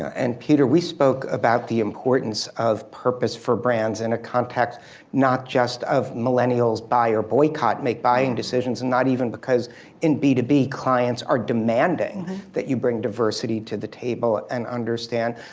and peter, we spoke about the importance of purpose for brands and a contact not just of millennials buyer boycott make buying decisions and not even because in b two b clients are demanding that you bring diversity to the table and understand,